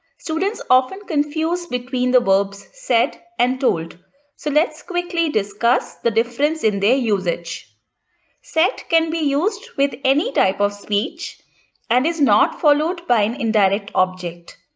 students often confuse between the verbs said and told so let's quickly discuss the difference in their usage said can be used with any type of speech and is not followed by an indirect object.